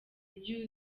ibyo